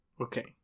Okay